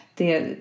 det